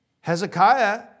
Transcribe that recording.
Hezekiah